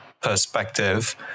perspective